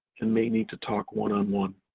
and may need to talk one on one.